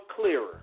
clearer